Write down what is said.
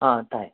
ꯑꯪ ꯇꯥꯏ